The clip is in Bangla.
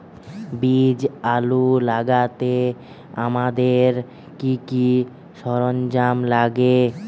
বীজ আলু লাগাতে আমাদের কি কি সরঞ্জাম লাগে?